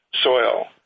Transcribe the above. soil